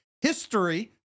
history—